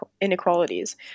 inequalities